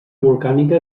volcànica